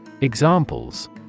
Examples